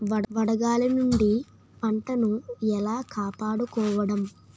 వడగాలి నుండి పంటను ఏలా కాపాడుకోవడం?